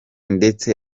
ndetse